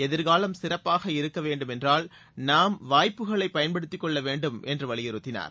எதிர்காலம் சிறப்பாக இருக்க வேண்டும் என்றால் நாம் வாய்ப்புகளை பயன்படுத்திக் கொள்ள வேண்டும் என்று வலியுறுத்தினார்